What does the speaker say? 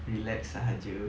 relax sahaja